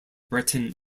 breton